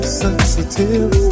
sensitive